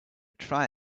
try